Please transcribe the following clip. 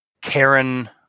Karen